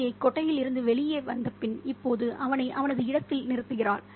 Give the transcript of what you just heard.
ரவியை கொட்டகையில் இருந்து வெளியே வந்தபின் இப்போது அவனை அவனது இடத்தில் நிறுத்துகிறாள்